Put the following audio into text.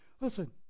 Listen